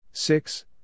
Six